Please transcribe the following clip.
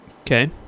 Okay